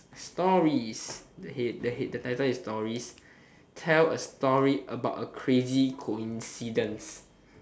stories the head the head the title is stories tell a story about a crazy coincidence